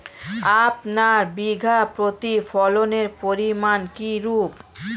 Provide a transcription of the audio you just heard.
আপনার বিঘা প্রতি ফলনের পরিমান কীরূপ?